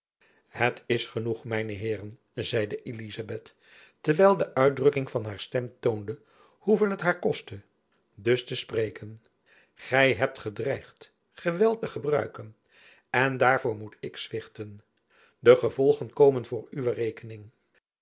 het is genoeg mijne heeren zeide elizabeth terwijl de uitdrukking van haar stem toonde hoeveel het haar kostte dus te spreken gy hebt gedreigd geweld te gebruiken en daarvoor moet ik zwichten de gevolgen komen voor uwe rekening